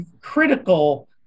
critical